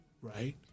Right